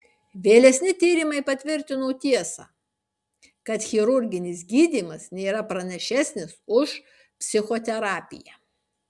vėlesni tyrimai patvirtino tiesą kad chirurginis gydymas nėra pranašesnis už psichoterapiją